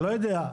לא יודע.